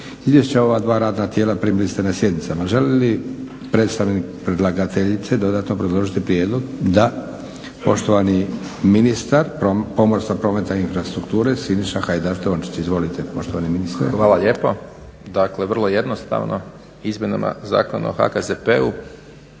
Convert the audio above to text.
Izvješća ova dva radna tijela primili ste na sjednicama. Želi li predstavnik predlagateljice dodatno obrazložiti prijedlog? Da. Poštovani ministar pomorstva, prometa i infrastrukture Siniša Hajdaš Dončić. Izvolite poštovani ministre. **Hajdaš Dončić, Siniša (SDP)** Hvala lijepo. Dakle vrlo jednostavno, izmjenama Zakona o HKZP-u